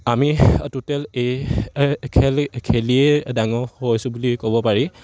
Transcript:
আমি টোটেল এই খেল খেলিয়ে ডাঙৰ হৈছোঁ বুলি ক'ব পাৰি